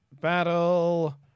Battle